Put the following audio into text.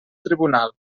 tribunal